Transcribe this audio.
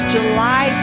July